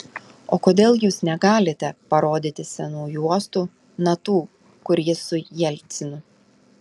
o kodėl jūs negalite parodyti senų juostų na tų kur jis su jelcinu